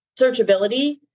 searchability